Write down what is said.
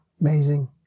amazing